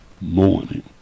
morning